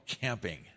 camping